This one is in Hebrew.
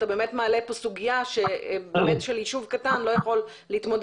אתה באמת מעלה פה סוגיה שישוב קטן לא יכול להתמודד